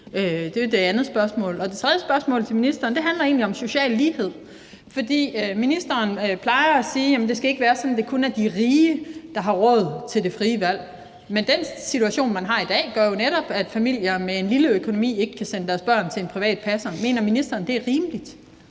Det er det andet spørgsmål. Og det tredje spørgsmål til ministeren handler egentlig om social lighed, for ministeren plejer at sige, at det ikke skal være sådan, at det kun er de rige, der har råd til det frie valg. Men den situation, man har i dag, gør jo netop, at familier med en lille økonomi ikke kan sende deres børn til en privat passer. Mener ministeren, at det er rimeligt?